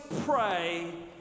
pray